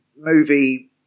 movie